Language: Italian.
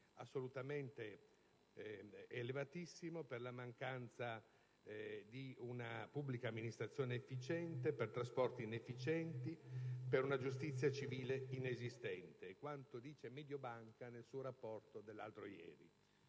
tassazione elevatissimo, in aggiunta alla mancanza di una pubblica amministrazione efficiente, ai trasporti inefficienti, a una giustizia civile inesistente. È quanto dice Mediobanca nel suo rapporto dell'altro ieri.